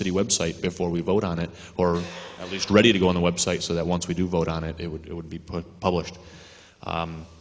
city website before we vote on it or at least ready to go on the website so that once we do vote on it it would it would be put published